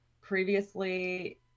previously